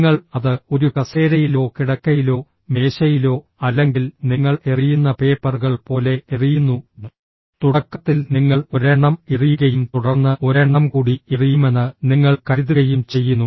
നിങ്ങൾ അത് ഒരു കസേരയിലോ കിടക്കയിലോ മേശയിലോ അല്ലെങ്കിൽ നിങ്ങൾ എറിയുന്ന പേപ്പറുകൾ പോലെ എറിയുന്നു തുടക്കത്തിൽ നിങ്ങൾ ഒരെണ്ണം എറിയുകയും തുടർന്ന് ഒരെണ്ണം കൂടി എറിയുമെന്ന് നിങ്ങൾ കരുതുകയും ചെയ്യുന്നു